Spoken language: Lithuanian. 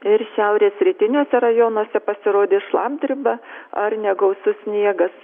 ir šiaurės rytiniuose rajonuose pasirodys šlapdriba ar negausus sniegas